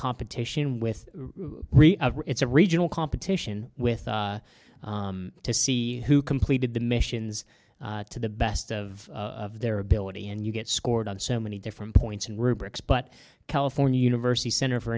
competition with it's a regional competition with to see who completed the missions to the best of their ability and you get scored on so many different points and rubrics but california university center for